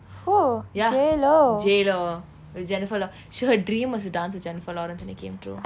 ya J low jennifer lor she her dream was err to dance with jennifer lawrence and it came true